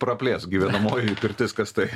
praplėsk gyvenamoji pirtis kas tai